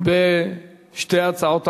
בשתי הצעות החוק.